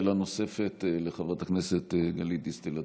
שאלה נוספת לחברת הכנסת גלית דיסטל אטבריאן.